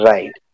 Right